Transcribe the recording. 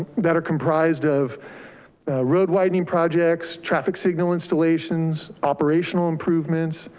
that are comprised of road widening projects, traffic signal installations, operational improvements,